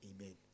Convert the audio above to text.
Amen